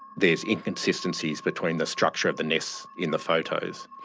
there's inconsistencies between the structure of the nests in the photos.